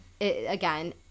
again